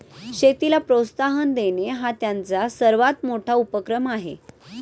शेतीला प्रोत्साहन देणे हा त्यांचा सर्वात मोठा उपक्रम आहे